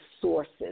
sources